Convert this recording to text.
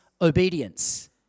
obedience